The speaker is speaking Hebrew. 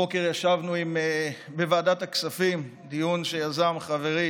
הבוקר ישבנו בוועדת הכספים בדיון שיזם חברי